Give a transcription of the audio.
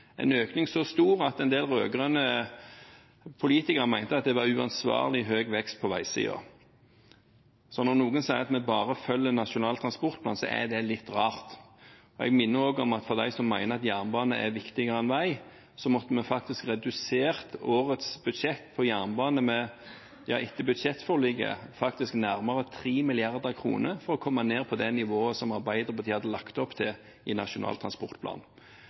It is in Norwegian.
en økning så stor at en del rød-grønne politikere mente at det var uansvarlig høy vekst på veisiden. Når noen sier at vi bare følger Nasjonal transportplan, er det litt rart. Jeg minner også de som mener at jernbanen er viktigere enn vei, om at vi faktisk måtte ha redusert årets budsjett for jernbane etter budsjettforliket med nærmere 3 mrd. kr for å komme ned på det nivået som Arbeiderpartiet hadde lagt opp til i Nasjonal transportplan.